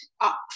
up